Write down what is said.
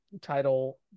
title